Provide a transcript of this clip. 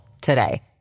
today